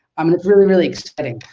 i mean it's really really exciting,